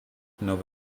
nova